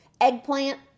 eggplant